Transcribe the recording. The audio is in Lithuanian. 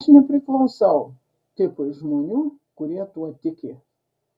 aš nepriklausau tipui žmonių kurie tuo tiki